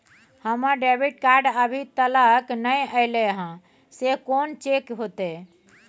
हमर debit card अभी तकल नय अयले हैं, से कोन चेक होतै?